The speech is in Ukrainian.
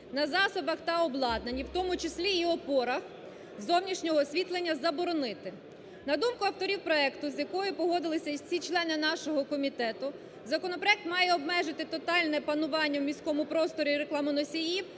на засобах та обладнанні, в тому числі, і опорах зовнішнього освітлення заборонити. На думку авторів проекту, з якою погодилися і всі члени нашого комітету, законопроект має обмежити тотальне панування в міському просторі рекламоносіїв,